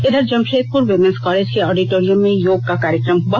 इधर Jamshedpur women's college के auditorium में योग का कार्यक्रम हुआ